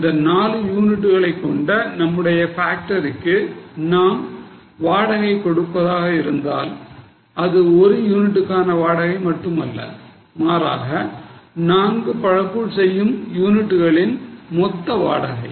இந்த 4 யூனிட்டுகளை கொண்ட நம்முடைய ஃபேக்டரிருக்கு நாம் வாடகை கொடுப்பதாக இருந்தால் இது ஒரு யூனிட்டுக்கான வாடகை மட்டும் அல்ல மாறாக நான்கு பழக்கூழ் செய்யும் யூனிட்டுகளின் மொத்த வாடகை